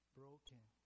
broken